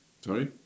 Sorry